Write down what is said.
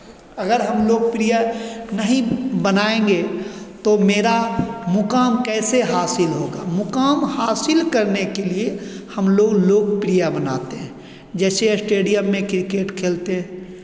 अगर हम लोकप्रिय नहीं बनाएंगे तो मेरा मुकाम कैसे हासिल होगा मुकाम हासिल करने के लिए हमलोग लोकप्रिय बनाते हैं जैसे ऑस्ट्रेलिया में क्रिकेट खेलते हैं